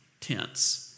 tense